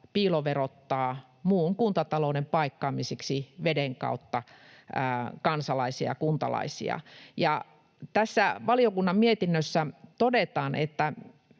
piiloverottaa muun kuntatalouden paikkaamiseksi veden kautta kansalaisia ja kuntalaisia. Ja tässä valiokunnan mietinnössä todetaan, että